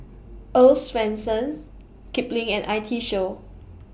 Earl's Swensens Kipling and I T Show